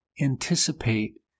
anticipate